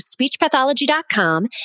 SpeechPathology.com